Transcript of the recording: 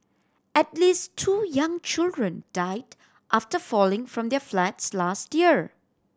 at least two young children died after falling from their flats last year